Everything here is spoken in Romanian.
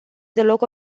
deloc